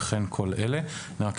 וכן כל אלה: טרם עריכת